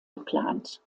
geplant